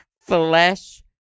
Flesh